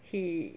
he